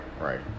Right